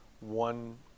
one